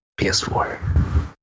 PS4